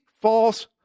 false